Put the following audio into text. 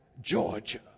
Georgia